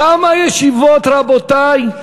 כמה ישיבות, רבותי,